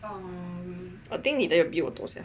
I think 你的有比我多